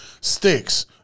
sticks